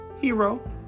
Hero